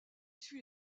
suit